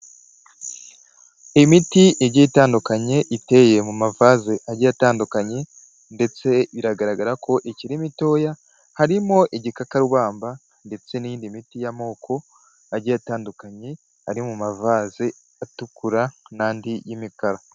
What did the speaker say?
Imiti igiye itandukanye, iteye mu mavaze agiye atandukanye ndetse biragaragara ko ikiri mitoya, harimo igikakarwamba ndetse n'iyindi miti y'amoko agiye atandukanye, ari mu mavaze atukura n'andi y'imikara.